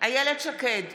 איילת שקד,